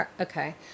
okay